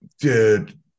dude